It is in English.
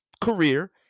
career